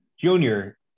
junior